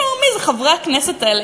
ישאלו: מי זה חברי הכנסת האלה,